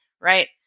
Right